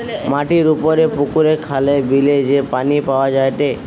মাটির উপরে পুকুরে, খালে, বিলে যে পানি পাওয়া যায়টে